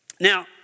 Now